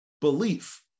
belief